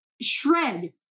shred